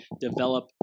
develop